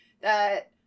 that-